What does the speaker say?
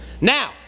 Now